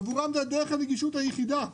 עבורם זו דרך הנגישות היחידה.